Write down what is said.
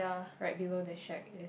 right below the shed is